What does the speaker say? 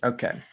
Okay